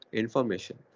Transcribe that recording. information